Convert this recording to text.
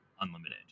unlimited